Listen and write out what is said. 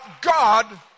God